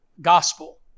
gospel